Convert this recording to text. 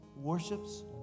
worships